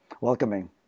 welcoming